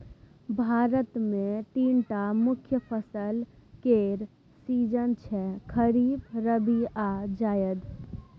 भारत मे तीनटा मुख्य फसल केर सीजन छै खरीफ, रबी आ जाएद